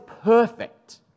perfect